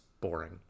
boring